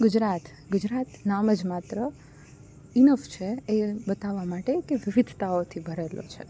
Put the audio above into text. ગુજરાત ગુજરાત નામ જ માત્ર ઇનફ છે એ બતાવવા માટે કે વિવિધતાઓથી ભરેલો છે